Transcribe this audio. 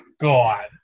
God